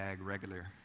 regular